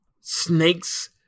Snakes